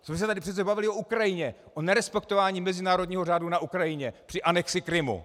Už jsme se tady přece bavili o Ukrajině, o nerespektování mezinárodního řádu na Ukrajině při anexi Krymu.